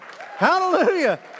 Hallelujah